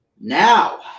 Now